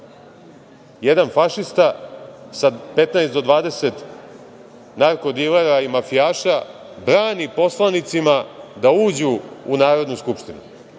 jedan fašista sa 15 do 20 narko dilera i mafijaša brani poslanicima da uđu u Narodnu skupštinu?